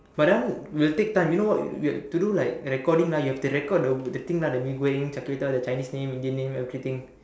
but that one will take time you know what we have to do like recording lah you have to record the the thing lah mee-goreng char-kway-teow the Chinese name Indian name everything